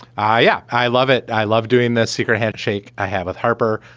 i yeah i love it. i love doing that secret handshake i have with harper.